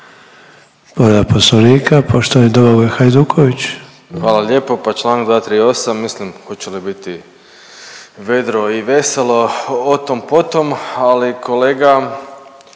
Hvala lijepo. Pa čl. 238., mislim hoće li biti vedro i veselo o tom potom, ali kolega